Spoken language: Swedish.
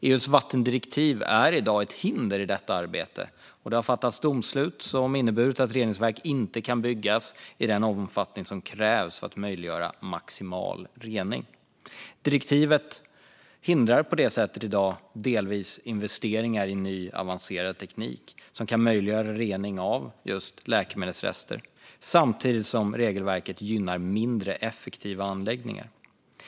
EU:s vattendirektiv är i dag ett hinder i detta arbete, och det har kommit domslut som inneburit att reningsverk inte kan byggas i den omfattning som krävs för att möjliggöra maximal rening. Direktivet hindrar på det sättet i dag delvis investeringar i ny avancerad teknik som kan möjliggöra rening av just läkemedelsrester samtidigt som regelverket gynnar mindre effektiva anläggningar.